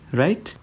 right